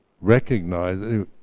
recognize